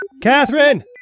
Catherine